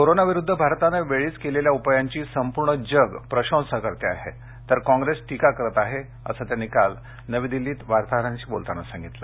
कोरोनाविरुद्ध भारतानं वेळीच केलेल्या उपायांची संपूर्ण जग प्रशंसा करत आहे तर काँग्रेस टीका करत आहे असं त्यांनी काल नवी दिल्लीत बोलताना सांगितलं